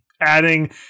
adding